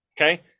okay